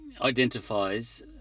identifies